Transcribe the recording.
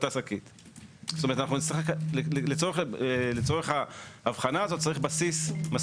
אבל איך אתה יכול משפטית לומר